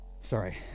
Sorry